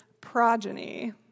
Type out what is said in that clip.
progeny